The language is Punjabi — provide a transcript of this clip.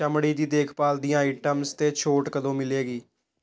ਚਮੜੀ ਦੀ ਦੇਖ ਭਾਲ ਦੀਆਂ ਆਇਟਮਸ 'ਤੇ ਛੋਟ ਕਦੋਂ ਮਿਲੇਗੀ